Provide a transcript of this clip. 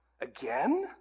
Again